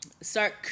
start